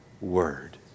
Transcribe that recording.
word